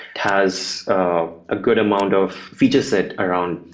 has a good amount of feature set around,